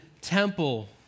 temple